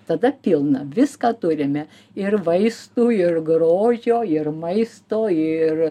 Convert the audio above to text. tada pilna viską turime ir vaistų ir grožio ir maisto ir